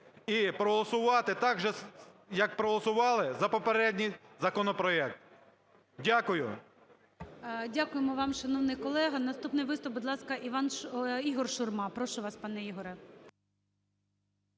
і проголосувати так же, як проголосували за попередній законопроект. Дякую. ГОЛОВУЮЧИЙ. Дякуємо вам, шановний колего. Наступний виступ. Будь ласка, Ігор Шурма. Прошу вас, пане Ігоре.